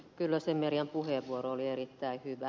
kyllösen merjan puheenvuoro oli erittäin hyvä